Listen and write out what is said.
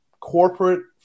corporate –